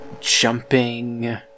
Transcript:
jumping